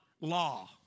law